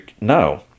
No